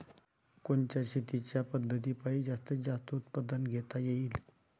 कोनच्या शेतीच्या पद्धतीपायी जास्तीत जास्त उत्पादन घेता येईल?